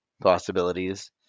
possibilities